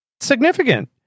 Significant